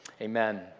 Amen